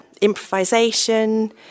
improvisation